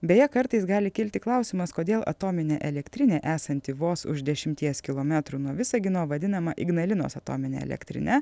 beje kartais gali kilti klausimas kodėl atominė elektrinė esanti vos už dešimties kilometrų nuo visagino vadinama ignalinos atomine elektrine